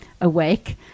awake